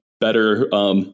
better